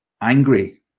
angry